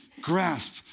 grasp